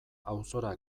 auzora